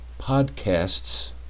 Podcasts